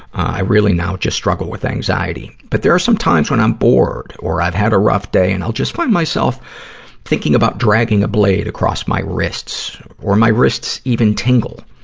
i really now just struggle with anxiety. but there are some times when i'm bored, or i've had a rough day, and i'll just find myself thinking about dragging a blade across my wrists, or my wrists even tingle.